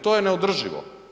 To je neodrživo.